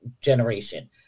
generation